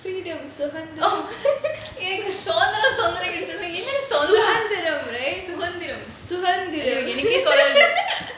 எனக்கு சுகந்திரம் சுகந்திரம்னு கேட்டுச்சு:enakku suganthiram suganthiramnu kaetuchu right சுகந்திரம் எனக்கே கோளறுது:suganthiram enakae kolaruthu